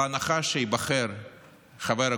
בהנחה שייבחר חבר קואליציה,